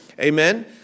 Amen